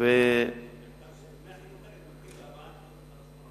העיקר שמוסדות החינוך האלה תומכים בהבאת בני הפלאשמורה.